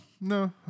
no